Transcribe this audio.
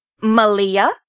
Malia